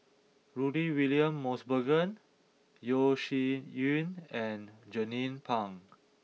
Rudy William Mosbergen Yeo Shih Yun and Jernnine Pang